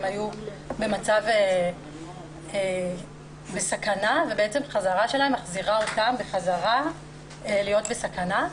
הן היו במצב סכנה ובעצם חזרה שלהן מחזירה אותן חזרה להיות בסכנה.